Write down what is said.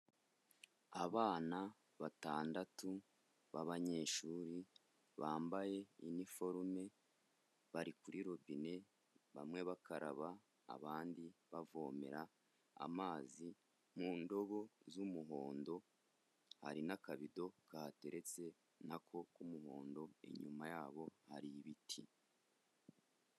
Abana batandatu b'abanyeshuri, bambaye iniforume, bari kuri robine, bamwe bakaraba, abandi bavomera amazi mu ndobo z'umuhondo, hari n'akabido kahateretse n'ako k'umuhondo, inyuma yabo hari ibiti.